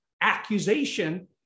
accusation